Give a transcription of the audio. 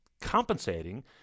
compensating